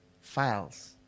files